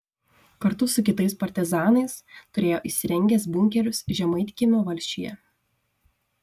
kartu su kitais partizanais turėjo įsirengęs bunkerius žemaitkiemio valsčiuje